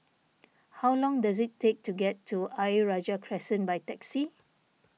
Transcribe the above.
how long does it take to get to Ayer Rajah Crescent by taxi